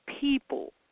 people